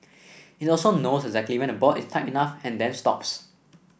it also knows exactly when the bolt is tight enough and then stops